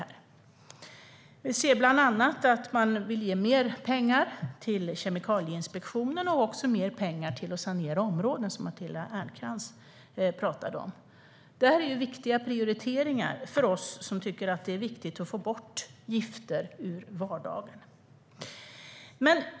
Man vill bland annat ge mer pengar till Kemikalieinspektionen och till att sanera områden, som Matilda Ernkrans pratade om. Det är viktiga prioriteringar för oss som tycker att det är viktigt att få bort gifter ur vardagen.